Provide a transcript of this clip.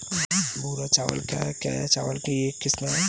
भूरा चावल क्या है? क्या यह चावल की एक किस्म है?